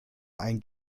ein